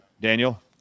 Daniel